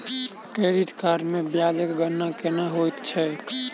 credit card मे ब्याजक गणना केना होइत छैक